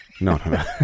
No